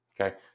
Okay